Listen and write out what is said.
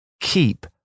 Keep